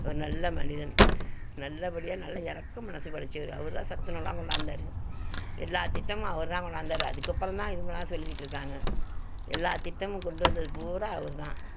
ஒரு நல்ல மனிதன் நல்லபடியாக நல்ல இரக்க மனசு படைச்சவரு அவர் தான் சத்துணவுலாம் கொண்டாந்தார் எல்லா திட்டமும் அவர் தான் கொண்டாந்தார் அதுக்கு அப்புறம் தான் இவங்கள்லாம் சொல்லிக்கிட்டுருக்காங்க எல்லா திட்டமும் கொண்டு வந்தது பூரா அவர் தான்